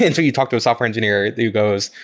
and so you talk to a software engineer who goes,